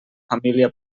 família